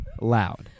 loud